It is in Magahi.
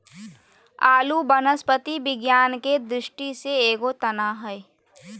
आलू वनस्पति विज्ञान के दृष्टि से एगो तना हइ